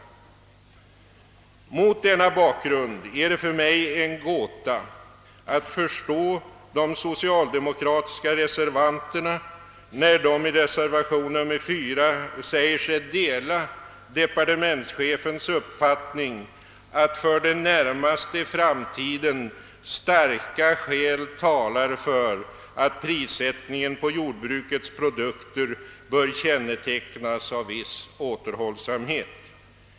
Mot denna bakgrund är det för mig omöjligt att förstå de socialdemokratiska reservanterna när dessa i reservationen 4 säger sig dela »departementschefens uppfattning att för den närmaste framtiden starka skäl talar för att prissättningen på jordbrukets produkter bör kännetecknas av viss återhållsamhet».